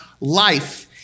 life